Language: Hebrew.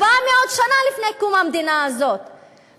400 שנה לפני קום המדינה הזאת,